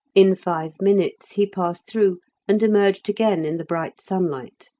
in five minutes he passed through and emerged again in the bright sunlight.